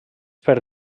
per